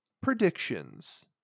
predictions